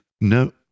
No